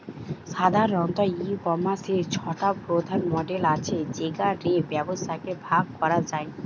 সাধারণত, ই কমার্সের ছটা প্রধান মডেল আছে যেগা রে ব্যবসাকে ভাগ করা যায়